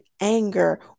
anger